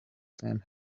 same